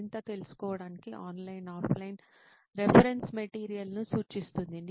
మరింత తెలుసుకోవడానికి online offline reference మెటీరియల్లను సూచిస్తుంది